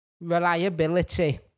reliability